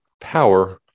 power